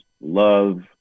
love